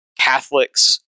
Catholics